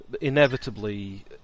Inevitably